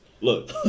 Look